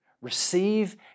Receive